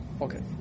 okay